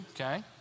Okay